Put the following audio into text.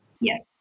Yes